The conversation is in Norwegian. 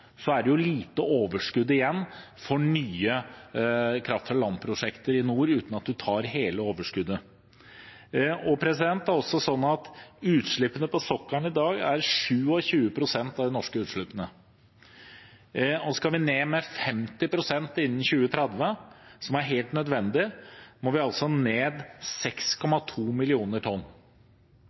nord, uten at man tar hele overskuddet. I dag er utslippene på sokkelen 27 pst. av de norske utslippene. Skal vi ned med 50 pst. innen 2030, som er helt nødvendig, må vi altså ned 6,2 millioner tonn.